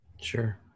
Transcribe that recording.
Sure